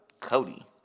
Cody